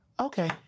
Okay